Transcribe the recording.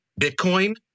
Bitcoin